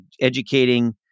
educating